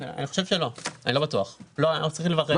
אני חושב שלא, אני לא בטוח, צריך לברר.